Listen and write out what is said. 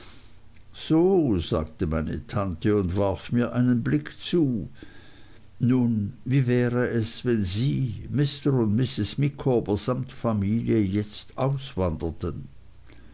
so sagte meine tante und warf mir einen blick zu nun wie wäre es wenn sie mr und mrs micawber samt familie jetzt auswanderten